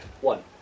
One